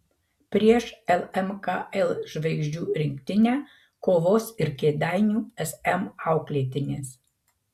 prieš lmkl žvaigždžių rinktinę kovos ir kėdainių sm auklėtinės